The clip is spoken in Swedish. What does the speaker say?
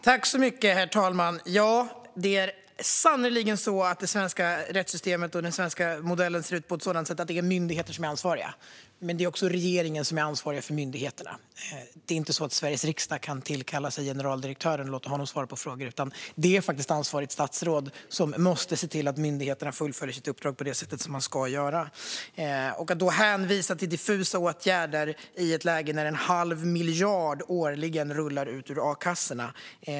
Herr talman! Det är sannerligen så att det svenska rättssystemet och den svenska modellen ser ut på ett sådant sätt att det är myndigheter som är ansvariga. Men det är också regeringen som är ansvarig för myndigheterna. Det är inte så att Sveriges riksdag kan tillkalla sig generaldirektören och låta honom svara på frågor. Det är faktiskt ansvarigt statsråd som måste se till att myndigheterna fullföljer sitt uppdrag på det sätt som de ska göra. Statsrådet hänvisar till diffusa åtgärder i ett läge där en halv miljard årligen rullar ut ur a-kassorna.